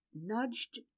nudged